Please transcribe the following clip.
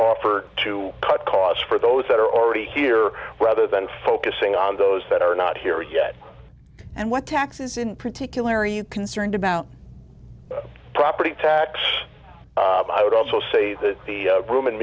offer to cut costs for those that are already here rather than focusing on those that are not here yet and what taxes in particular are you concerned about property tax i would also say that the room and